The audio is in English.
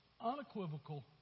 unequivocal